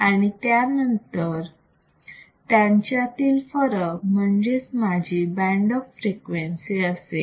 आणि त्यांच्यातील फरक म्हणजेच माझी बँड ऑफ फ्रिक्वेन्सी असेल